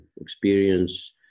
experience